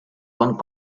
one